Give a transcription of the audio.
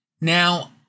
Now